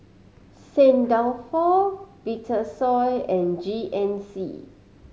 Saint Dalfour Vitasoy and G N C